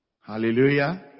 Hallelujah